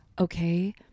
okay